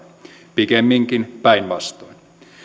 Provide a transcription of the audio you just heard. pikemminkin päinvastoin